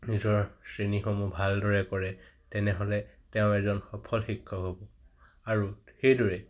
নিজৰ শ্ৰেণীসমূহ ভালদৰে কৰে তেনেহ'লে তেওঁ এজন সফল শিক্ষক হ'ব আৰু সেইদৰে